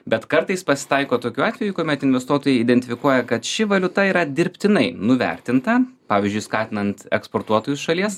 bet kartais pasitaiko tokių atvejų kuomet investuotojai identifikuoja kad ši valiuta yra dirbtinai nuvertinta pavyzdžiui skatinant eksportuotojus šalies